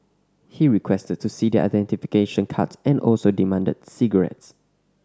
he requested to see their identification cards and also demanded cigarettes